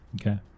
Okay